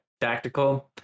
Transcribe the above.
tactical